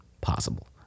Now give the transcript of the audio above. possible